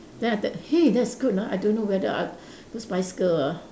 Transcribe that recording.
then after that hey that's good lah I don't know whether uh those bicycle lah